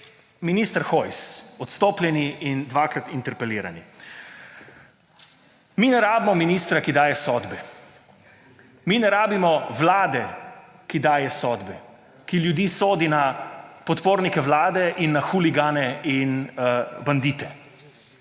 minister Hojs, odstopljeni in dvakrat interpelirani. Mi ne rabimo ministra, ki daje sodbe, mi ne rabimo vlade, ki daje sodbe, ki ljudi sodi na podpornike vlade in na huligane in bandite.